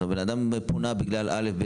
הבן אדם פונה בגלל א',